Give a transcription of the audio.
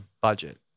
budget